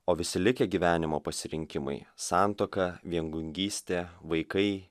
o visi likę gyvenimo pasirinkimai santuoka viengungystė vaikai